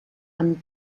amb